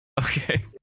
Okay